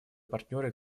партнеры